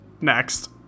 Next